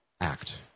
act